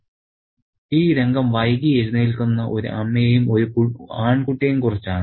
" ഈ രംഗം വൈകി എഴുന്നേൽക്കുന്ന ഒരു അമ്മയെയും ഒരു ആൺകുട്ടിയെയും കുറിച്ചാണ്